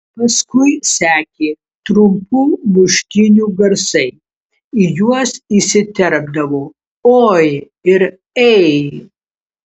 paskui sekė trumpų muštynių garsai į juos įsiterpdavo oi ir ei